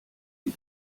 die